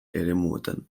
eremuetan